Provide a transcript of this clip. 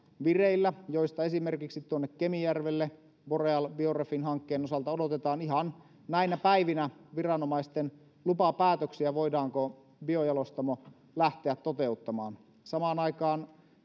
joista esimerkiksi kemijärvelle boreal biorefin hankkeen osalta odotetaan ihan näinä päivinä viranomaisten lupapäätöksiä siitä voidaanko biojalostamo lähteä toteuttamaan samaan aikaan